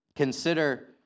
Consider